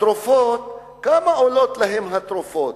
התרופות כמה עולות תרופות?